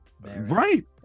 Right